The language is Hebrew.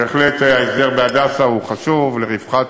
בהחלט ההסדר ב"הדסה" הוא חשוב לרווחת